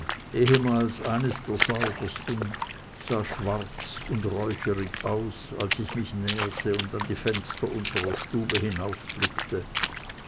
ehemals eines der saubersten sah schwarz und räucherig aus als ich mich näherte und an die fenster unserer stube